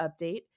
update